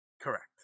correct